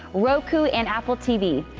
roku and apple tv.